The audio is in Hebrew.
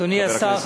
אדוני השר,